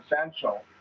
essential